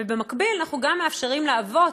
ובמקביל אנחנו גם מאפשרים לאבות,